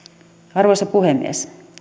arvoisa puhemies